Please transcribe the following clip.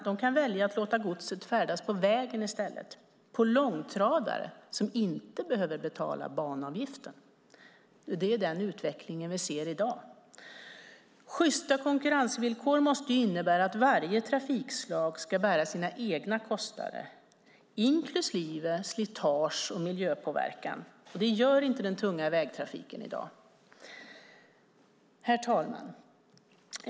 De kan välja att låta godset färdas på vägen i stället, på långtradare som inte behöver betala banavgiften. Det är den utveckling vi ser i dag. Sjysta konkurrensvillkor måste innebära att varje trafikslag ska bära sina egna kostnader inklusive slitage och miljöpåverkan. Det gör inte den tunga vägtrafiken. Herr talman!